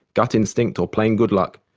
gut-instinct or plain good luck,